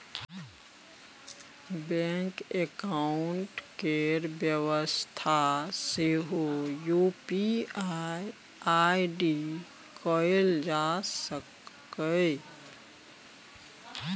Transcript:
bank account केर बेबस्था सेहो यु.पी.आइ आइ.डी कएल जा सकैए